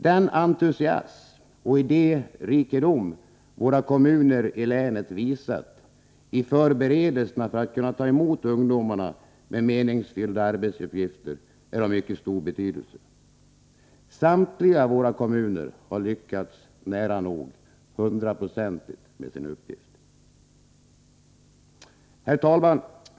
Den entusiasm och idérikedom våra kommuner i länet visat i förberedelserna för att kunna ta emot ungdomarna med meningsfyllda arbetsuppgifter är av mycket stor betydelse. Samtliga våra kommuner har lyckats nära nog hundraprocentigt med sin uppgift. Herr talman!